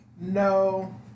No